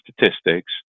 statistics